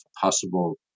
possible